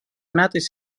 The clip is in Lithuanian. metais